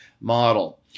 model